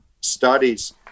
studies